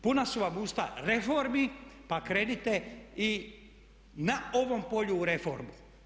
Puna su vam usta reformi pa krenite i na ovom polju u reformu.